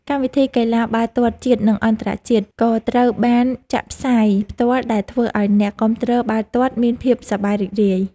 កម្មវិធីកីឡាបាល់ទាត់ជាតិនិងអន្តរជាតិក៏ត្រូវបានចាក់ផ្សាយផ្ទាល់ដែលធ្វើឱ្យអ្នកគាំទ្របាល់ទាត់មានភាពសប្បាយរីករាយ។